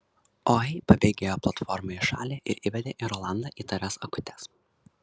oi pabėgėjo platforma į šalį ir įbedė į rolandą įtarias akutes